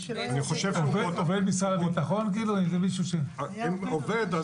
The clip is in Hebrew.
אם עובד,